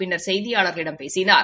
பின்னர் செய்தியாளர்களிடம் பேசினார்